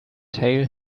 tail